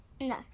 No